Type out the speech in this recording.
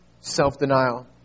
Self-denial